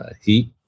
heat